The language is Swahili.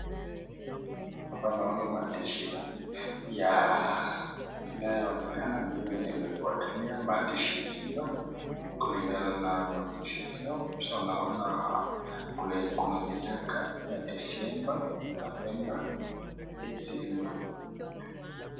Hapa naona maandishi, inayoonekana, ingine imefwatilia maandishi hiyo. kulingana na maandishi hiyo, kisha naona kuna miaka ya Desemba, Novemba, Desemba.